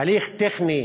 הליך טכני,